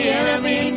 enemy